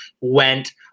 went